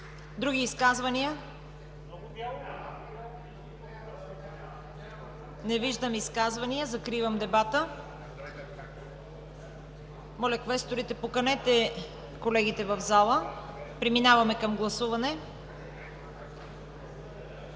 Други изказвания? Не виждам изказвания. Закривам дебата. Моля, квесторите, поканете колегите в залата. Преминаваме към гласуване.